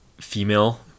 female